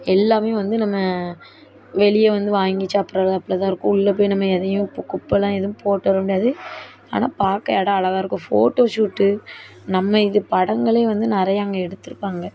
எல்லாம் வந்து நம்ம வெளியே வந்து வாங்கி சாப்ட்றது அப்படி தான் இருக்கும் உள்ள போய் நம்ம எதையும் குப்பைல்லாம் எதுவும் போட்டு வர முடியாது ஆனால் பார்க்க இடம் அழகா இருக்கும் ஃபோட்டோ ஷூட்டு நம்ம இது படங்களே வந்து நிறையா அங்கே எடுத்திருப்பாங்க